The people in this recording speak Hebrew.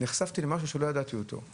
נחשפתי למשהו שלא ידעתי אותו.